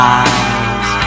eyes